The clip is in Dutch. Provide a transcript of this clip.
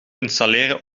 installeren